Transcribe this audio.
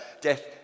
death